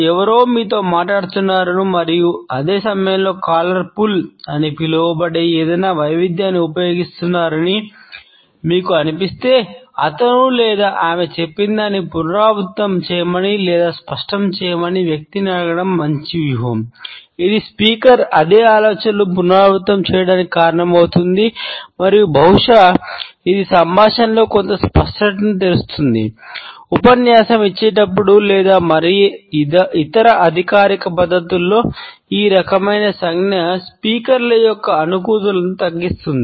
ఎవరో మీతో మాట్లాడుతున్నారని మరియు అదే సమయంలో కాలర్ పుల్ యొక్క అనుకూలతను తగ్గిస్తుంది